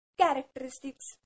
characteristics